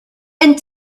and